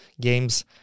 games